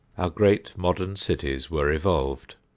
our great modern cities were evolved.